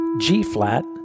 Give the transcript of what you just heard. G-flat